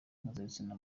mpuzabitsina